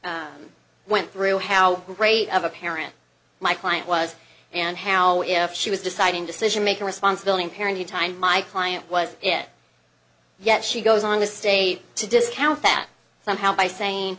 court went through how great of a parent my client was and how if she was deciding decision making responsibility parenting time my client was in yet she goes on this day to discount that somehow by saying